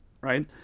right